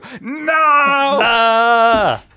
No